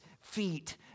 feet